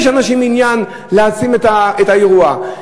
יש לאנשים עניין להעצים את האירוע.